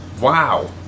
Wow